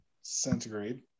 centigrade